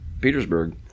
Petersburg